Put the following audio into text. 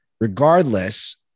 regardless